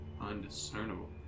Undiscernible